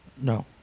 No